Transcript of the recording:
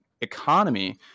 economy